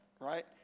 right